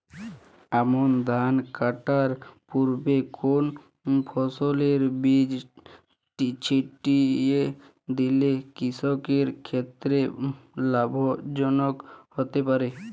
আমন ধান কাটার পূর্বে কোন ফসলের বীজ ছিটিয়ে দিলে কৃষকের ক্ষেত্রে লাভজনক হতে পারে?